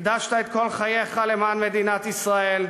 הקדשת את כל חייך למען מדינת ישראל,